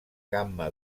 gamma